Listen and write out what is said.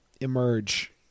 emerge